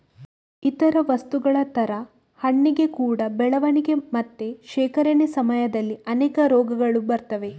ಇತರೇ ವಸ್ತುಗಳ ತರ ಹಣ್ಣಿಗೆ ಕೂಡಾ ಬೆಳವಣಿಗೆ ಮತ್ತೆ ಶೇಖರಣೆ ಸಮಯದಲ್ಲಿ ಅನೇಕ ರೋಗಗಳು ಬರ್ತವೆ